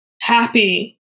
happy